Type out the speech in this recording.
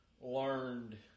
learned